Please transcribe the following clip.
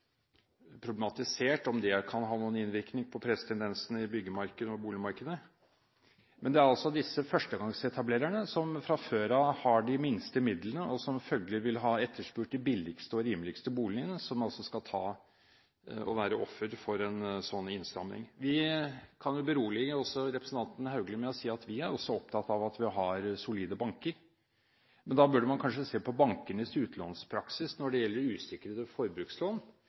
problematisert om dét kan ha noen innvirkning på presstendensene i byggemarkedet og boligmarkedet. Men det er altså disse førstegangsetablererne, som fra før av har minst midler, og som følgelig ville ha etterspurt de billigste og rimeligste boligene, som altså skal være ofre for en slik innstramming. Vi kan berolige representanten Haugli med at vi også er opptatt av at vi har solide banker. Men da burde man kanskje se på bankenes utlånspraksis når det gjelder usikrede forbrukslån,